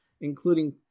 including